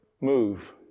move